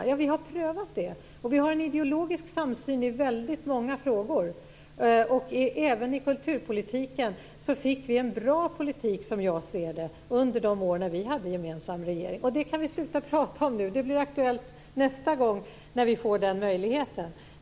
Vi har prövat det, och vi har en ideologisk samsyn i väldigt många frågor. Och även i kulturpolitiken så fick vi en bra politik, som jag ser det, under de år när vi hade en gemensam regering. Det kan vi sluta tala om nu. Det blir aktuellt nästa gång när vi får denna möjlighet.